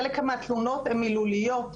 חלק מהתלונות הן מילוליות.